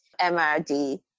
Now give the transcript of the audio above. MRD